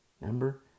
Remember